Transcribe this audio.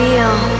Feel